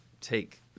take